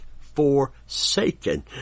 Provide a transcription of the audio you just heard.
forsaken